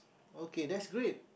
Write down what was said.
okay that's great